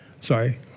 sorry